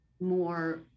more